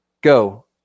Go